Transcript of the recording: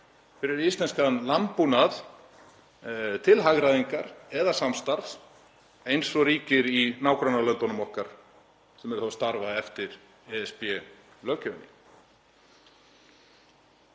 fyrir íslenskan landbúnað til hagræðingar eða samstarfs eins og ríkir í nágrannalöndunum okkar sem starfa eftir ESB-löggjöfinni.